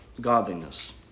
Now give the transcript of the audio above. godliness